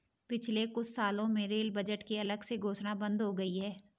पिछले कुछ सालों में रेल बजट की अलग से घोषणा बंद हो गई है